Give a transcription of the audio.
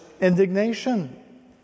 indignation